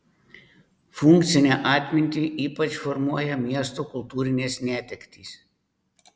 funkcinę atmintį ypač formuoja miesto kultūrinės netektys